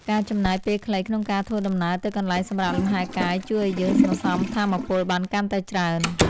ការចំណាយពេលខ្លីក្នុងការធ្វើដំណើរទៅកន្លែងសម្រាកលំហែកាយជួយឱ្យយើងសន្សំថាមពលបានកាន់តែច្រើន។